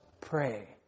pray